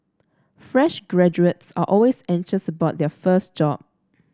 fresh graduates are always anxious about their first job